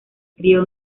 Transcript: crio